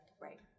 Right